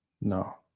No